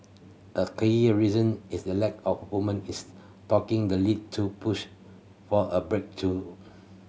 a key reason is the lack of women is taking the lead to push for a breakthrough